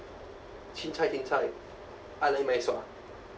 chin cai chin cai